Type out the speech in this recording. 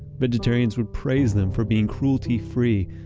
vegetarians would praise them for being cruelty-free,